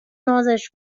نازش